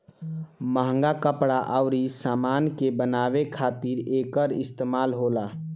महंग कपड़ा अउर समान के बनावे खातिर एकर इस्तमाल होला